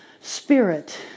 spirit